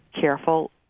careful